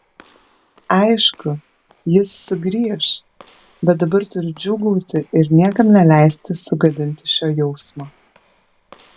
aišku jis sugrįš bet dabar turiu džiūgauti ir niekam neleisti sugadinti šio jausmo